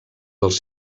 dels